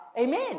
amen